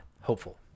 hopeful